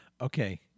Okay